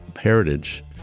heritage